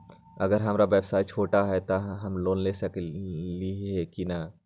अगर हमर व्यवसाय छोटा है त हम लोन ले सकईछी की न?